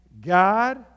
God